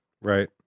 right